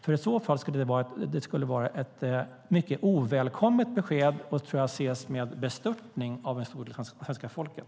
I så fall skulle det var ett mycket ovälkommet besked och ses med bestörtning av en stor del av svenska folket.